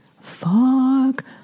Fuck